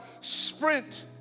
sprint